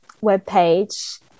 webpage